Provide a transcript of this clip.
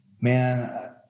Man